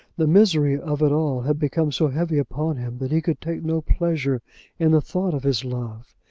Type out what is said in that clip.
the misery of it all had become so heavy upon him, that he could take no pleasure in the thought of his love.